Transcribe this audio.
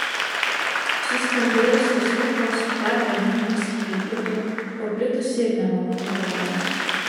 suskeldėjusios lūpos dar vadinamos cheilitu paplitusi ir nemaloni problema